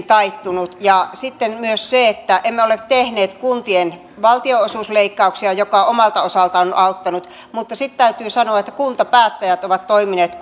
taittunut sitten emme ole myöskään tehneet kuntien valtionosuusleikkauksia mikä on omalta osaltaan auttanut mutta täytyy sanoa että kuntapäättäjät ovat toimineet